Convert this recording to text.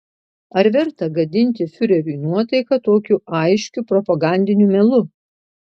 ar verta gadinti fiureriui nuotaiką tokiu aiškiu propagandiniu melu